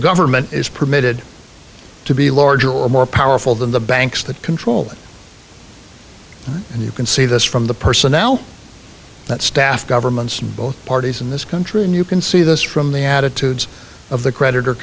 government is permitted to be larger or more powerful than the banks that control and you can see this from the person now that staff governments both parties in this country and you can see this from the attitudes of the creditor